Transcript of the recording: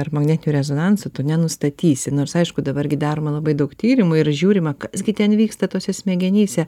ar magnetiniu rezonansu tu nenustatysi nors aišku dabar gi daroma labai daug tyrimų ir žiūrima kas gi ten vyksta tose smegenyse